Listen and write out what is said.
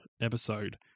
episode